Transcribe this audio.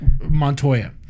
Montoya